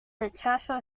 rechazo